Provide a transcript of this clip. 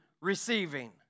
receiving